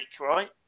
right